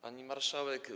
Pani Marszałek!